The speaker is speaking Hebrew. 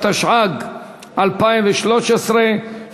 הרווחה והבריאות להכנתה לקריאה ראשונה.